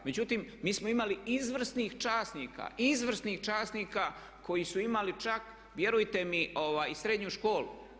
Međutim, mi smo imali izvrsnih časnika, izvrsnih časnika koji su imali čak vjerujte mi srednju školu.